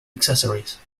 accessories